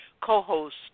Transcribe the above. co-host